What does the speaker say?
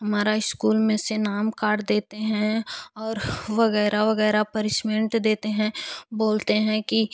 हमारा इस्कूल में से नाम काट देते हैं और वग़ैरह वग़ैरह परिस्मेंट देते हैं बोलते हैं कि